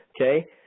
Okay